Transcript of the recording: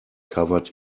covered